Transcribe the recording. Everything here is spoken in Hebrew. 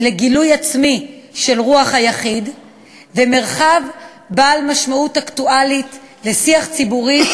לגילוי עצמי של רוח היחיד ומרחב בעל משמעות אקטואלית לשיח ציבורי,